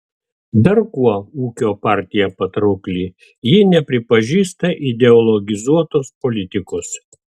dar kuo ūkio partija patraukli ji nepripažįsta ideologizuotos politikos